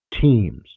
teams